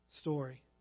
story